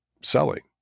selling